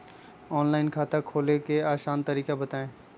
Online खाता खोले के आसान तरीका बताए?